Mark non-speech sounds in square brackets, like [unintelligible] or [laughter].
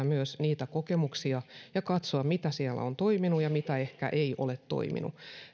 [unintelligible] myös niitä kokemuksia ja katsoa mikä siellä on toiminut ja mikä ehkä ei ole toiminut